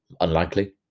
Unlikely